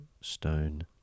stone